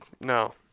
No